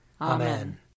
Amen